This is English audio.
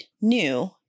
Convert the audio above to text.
new